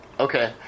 Okay